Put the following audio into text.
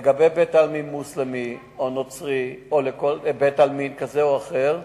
לגבי בית-עלמין מוסלמי או נוצרי או בית-עלמין כזה או אחר,